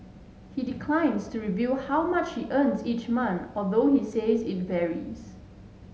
he declines to reveal how much earns each month although he says it varies